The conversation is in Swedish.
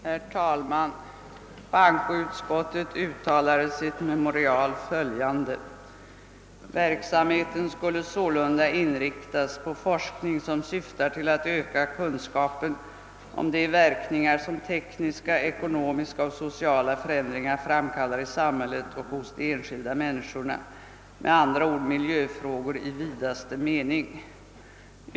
Herr talman! Bankoutskottet uttalar i sitt memorial: »Verksamheten skulle sålunda inriktas på forskning som syftar till att öka kunskapen om de verkningar som tekniska, ekonomiska och sociala förändringar framkallar i samhället och hos de enskilda människorna — med andra ord miljöfrågor i vidaste mening.